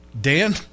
Dan